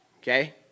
okay